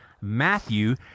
Matthew